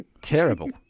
Terrible